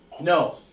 No